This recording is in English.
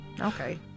Okay